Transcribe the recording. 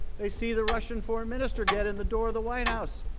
they see the russian foreign minister get in the door of the white house.